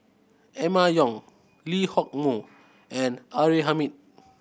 Emma Yong Lee Hock Moh and R A Hamid